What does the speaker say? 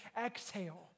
exhale